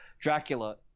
Dracula